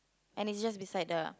and it's just beside the